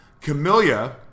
Camellia